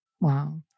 wow